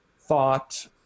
thought